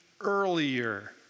earlier